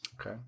Okay